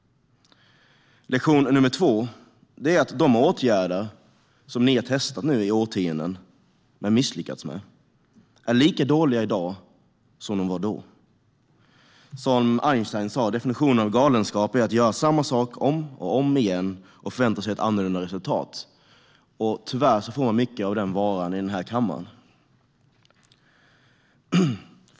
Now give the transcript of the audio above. Lektion nummer två är att de åtgärder som ni har testat i årtionden men misslyckats med är lika dåliga i dag som de var då. Som Einstein sa: Definitionen av galenskap är att göra samma sak om och om igen och förvänta sig ett annorlunda resultat. Tyvärr får man mycket av den varan i den här kammaren.